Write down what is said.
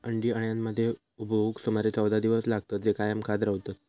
अंडी अळ्यांमध्ये उबवूक सुमारे चौदा दिवस लागतत, जे कायम खात रवतत